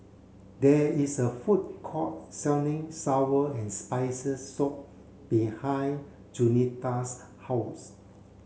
there is a food court selling sour and spicy soup behind Jaunita's house